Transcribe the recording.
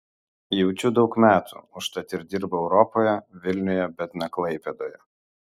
jaučiu daug metų užtat ir dirbu europoje vilniuje bet ne klaipėdoje